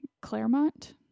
Claremont